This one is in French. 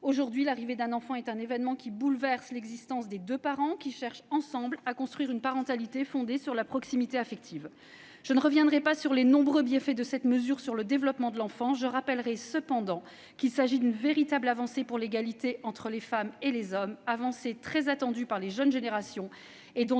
Aujourd'hui, l'arrivée d'un enfant est un événement qui bouleverse l'existence des deux parents, qui cherchent ensemble à construire une parentalité fondée sur la proximité affective. Je ne reviendrai pas sur les nombreux bienfaits de cette mesure sur le développement de l'enfant. Je rappellerai seulement qu'il s'agit d'une véritable avancée pour l'égalité entre les femmes et les hommes, avancée très attendue par les jeunes générations. Nous